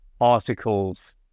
articles